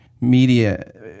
media